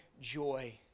joy